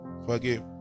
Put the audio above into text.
forgive